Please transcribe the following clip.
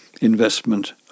investment